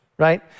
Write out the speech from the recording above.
right